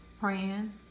Praying